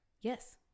Yes